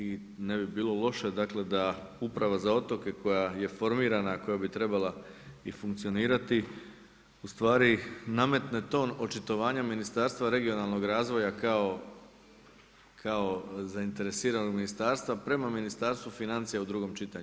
I ne bi bilo loše, dakle da Uprava za otoke koja je formirana, koja bi trebala i funkcionirati u stvari nametne to očitovanje Ministarstva regionalnog razvoja kao zainteresiranog ministarstva prema Ministarstvu financija u drugom čitanju.